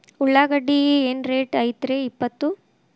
ಉಳ್ಳಾಗಡ್ಡಿ ಏನ್ ರೇಟ್ ಐತ್ರೇ ಇಪ್ಪತ್ತು?